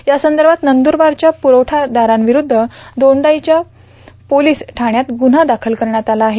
यासंदर्भात नंदूरबारच्या पुरवठादाराविरुद्ध दोंडाईच्या पोलीस ठाण्यात गुन्हा दाखल करण्यात आला आहे